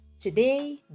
today